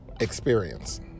experience